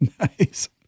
Nice